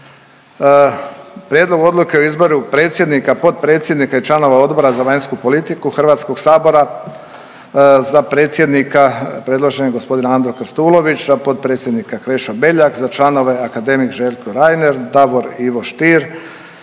Prijedlog odluke o izboru predsjednika, potpredsjednika i članova Odbora za vanjsku politiku HS-a, za predsjednika predložen je g. Andro Krstulović, za potpredsjednika Krešo Beljak, za članove akademik Željko Reiner, Davor Ivo Stier,